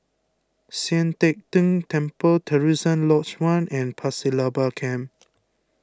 Sian Teck Tng Temple Terusan Lodge one and Pasir Laba Camp